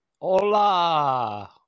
Hola